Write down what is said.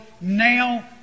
now